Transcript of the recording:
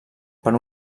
per